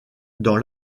dans